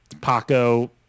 Paco